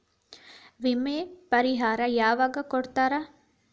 ವಿಮೆ ಪರಿಹಾರ ಯಾವಾಗ್ ಕೊಡ್ತಾರ?